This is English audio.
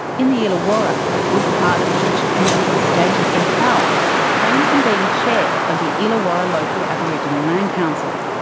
in the illawarra, a good part of dootch kennedy's status and power came from being chair of the illawarra local aboriginal land council.